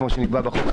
כמו שנקבע בחוק,